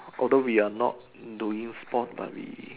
although we are not doing sport but we